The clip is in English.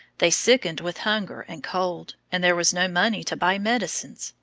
they sickened with hunger and cold, and there was no money to buy medicines,